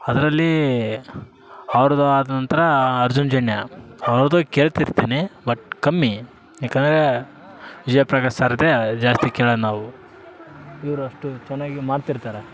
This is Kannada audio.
ಅದರಲ್ಲೀ ಅವ್ರದು ಆದನಂತ್ರ ಅರ್ಜುನ್ ಜನ್ಯ ಅವ್ರದು ಕೇಳ್ತಿರ್ತಿನಿ ಬಟ್ ಕಮ್ಮಿ ಯಾಕಂದರೆ ವಿಜಯ್ ಪ್ರಕಾಶ್ ಸರ್ದೇ ಜಾಸ್ತಿ ಕೇಳೋದ್ ನಾವು ಇವ್ರು ಅಷ್ಟು ಚೆನ್ನಾಗಿ ಮಾಡ್ತಿರ್ತಾರೆ